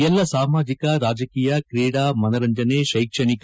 ಎಲ್ಲ ಸಾಮಾಜಕ ಡಾಜಕೀಯ ಕ್ರೀಡಾ ಮನರಂಜನೆ ಶೈಕ್ಷಣಿಕ